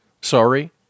sorry